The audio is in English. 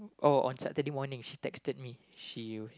oh on Saturday morning she texted me she